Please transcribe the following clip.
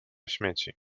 śmieci